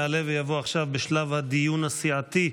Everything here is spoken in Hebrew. יעלה ויבוא עכשיו, בשלב הדיון הסיעתי,